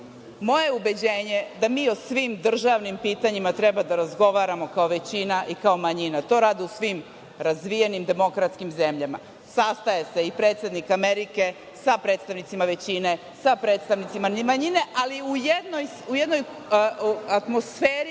je ubeđenje da mi o svim državnim pitanjima treba da razgovaramo kao većina i kao manjina, to rade u svim razvijenim demokratskim zemljama. Sastaje se i predsednik Amerike sa predstavnicima većine, sa predstavnicima manjine, ali u jednoj atmosferi